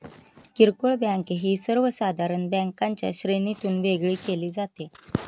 किरकोळ बँक ही सर्वसाधारण बँकांच्या श्रेणीतून वेगळी केली जाते